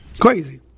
Crazy